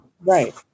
Right